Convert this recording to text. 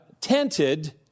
tented